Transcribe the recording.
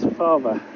father